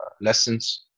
lessons